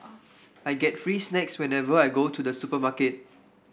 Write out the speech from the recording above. I get free snacks whenever I go to the supermarket